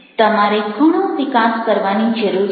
તમારે ઘણો વિકાસ કરવાની જરૂર છે